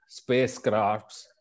spacecrafts